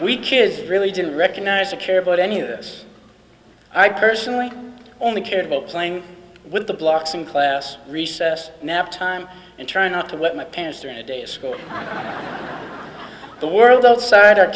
we kids really do recognize or care about any of this i personally only care about playing with the blocks in class recess nap time and trying not to wet my pants during a day of school the world outside o